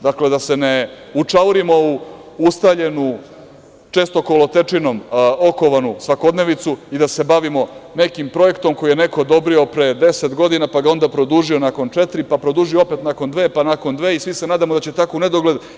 Dakle, da se ne učaurimo ustaljenu, često kolotečinom okovanu svakodnevicu i da se bavimo nekim projektom koji je neko odobrio pre deset godina, pa ga onda produžio nakon četiri, pa produžio nakon dve, pa nakon dve i sve se nadamo da će tako u nedogled.